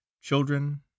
children